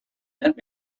that